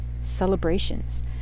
celebrations